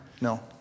No